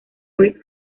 fue